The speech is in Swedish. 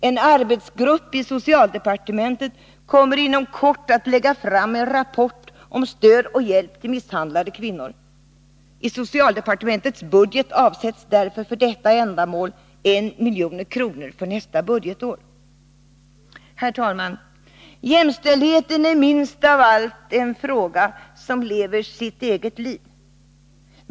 En arbetsgrupp i socialdepartementet kommer inom kort att lägga fram en rapport om stöd och hjälp till misshandlade kvinnor. I socialdepartementets budget avsätts därför för detta ändamål 1 milj.kr. för nästa budgetår. Herr talman! Jämställdheten är minst av allt en fråga som lever sitt eget liv.